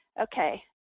okay